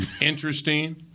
interesting